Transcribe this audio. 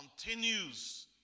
continues